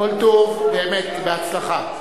כל טוב, באמת, ובהצלחה.